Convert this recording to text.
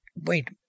Wait